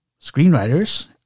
screenwriters